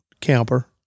camper